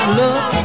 love